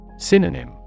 Synonym